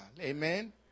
Amen